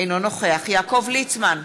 אינו נוכח יעקב ליצמן,